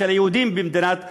של היהודים במדינת ישראל.